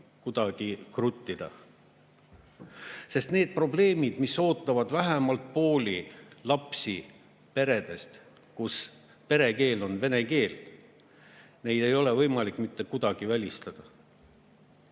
välja kruttida. Neid probleeme, mis ootavad vähemalt pooli lapsi peredest, kus [kodune] keel on vene keel, ei ole võimalik mitte kuidagi välistada.